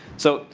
so,